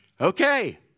Okay